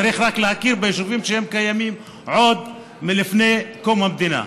צריך רק להכיר ביישובים שקיימים עוד מלפני קום המדינה.